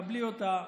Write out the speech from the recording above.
קבלי אותה.